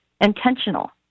intentional